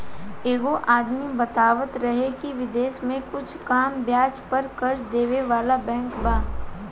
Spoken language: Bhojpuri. एगो आदमी बतावत रहे की बिदेश में कुछ कम ब्याज पर कर्जा देबे वाला बैंक बा